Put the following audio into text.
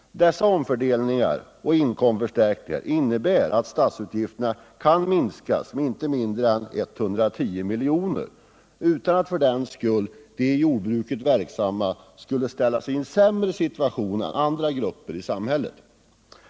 Dessa omfördelningar och inkomstförstärkningar innebär att statsutgifterna kan minskas med inte mindre än 110 milj.kr. utan att för den skull de i jordbruket verksamma skulle ställas i en sämre situation än andra grupper i vårt samhälle.